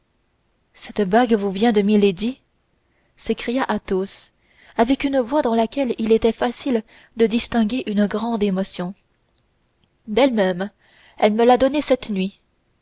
cette bague vous vient de milady s'écria athos avec une voix dans laquelle il était facile de distinguer une grande émotion d'elle-même elle me l'a donnée cette nuit